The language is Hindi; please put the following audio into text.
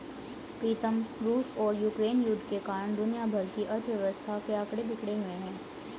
प्रीतम रूस और यूक्रेन युद्ध के कारण दुनिया भर की अर्थव्यवस्था के आंकड़े बिगड़े हुए